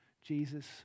Jesus